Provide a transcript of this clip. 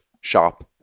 shop